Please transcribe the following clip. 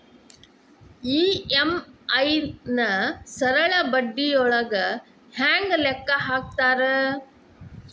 EMI ನ ಸರಳ ಬಡ್ಡಿಯೊಳಗ ಹೆಂಗ ಲೆಕ್ಕ ಹಾಕತಾರಾ